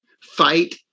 fight